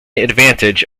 advantage